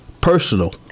Personal